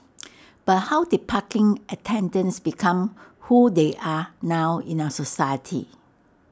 but how did parking attendants become who they are now in our society